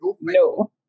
no